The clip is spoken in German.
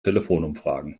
telefonumfragen